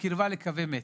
לקווי מתח.